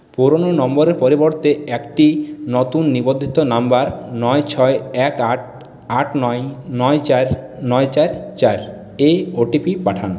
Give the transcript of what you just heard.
পুরনো নম্বরের পরিবর্তে একটি নতুন নিবন্ধিত নম্বর নয় ছয় এক আট আট নয় নয় চার নয় চার চার এ ওটিপি পাঠান